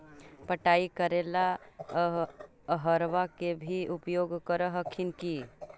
पटाय करे ला अहर्बा के भी उपयोग कर हखिन की?